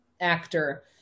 actor